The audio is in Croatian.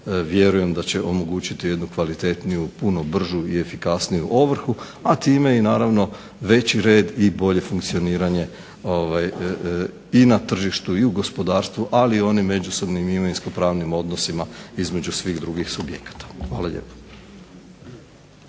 vjerujem da će omogućiti jednu kvalitetniju, puno brži i efikasniju ovrhu, a time naravno i veći red i bolje funkcioniranje i na tržištu i na gospodarstvu ali i u onim međusobnim imovinskopravnim odnosima između svih drugih subjekata. Hvala lijepa.